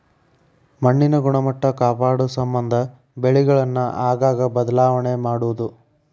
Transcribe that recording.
ಮಣ್ಣಿನ ಗುಣಮಟ್ಟಾ ಕಾಪಾಡುಸಮಂದ ಬೆಳೆಗಳನ್ನ ಆಗಾಗ ಬದಲಾವಣೆ ಮಾಡುದು